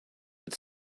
but